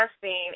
testing